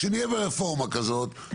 כשנהיה ברפורמה כזאת,